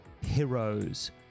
heroes